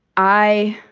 i